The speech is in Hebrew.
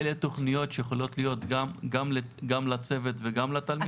אלה תוכניות שיכולות להיות גם לצוות וגם לתלמידים?